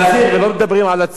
ולא מדברים על הצמיד.